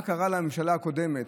מה קרה לממשלה הקודמת.